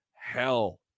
hell